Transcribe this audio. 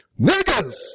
Niggas